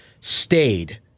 stayed